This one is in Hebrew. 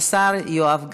השר יואב גלנט.